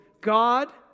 God